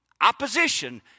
Opposition